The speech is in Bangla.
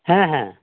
হ্যাঁ হ্যাঁ